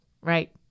Right